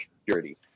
security